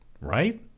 right